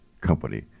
Company